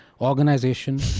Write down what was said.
organization